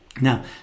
Now